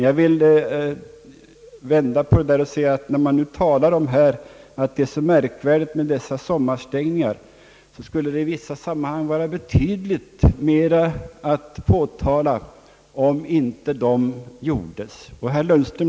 Jag vill vända på detta och säga, när man finner dessa sommarstängningar så märkvärdiga, att det i vissa sammanhang skulle vara betydligt större skäl att påtala om stängningar inte förekom.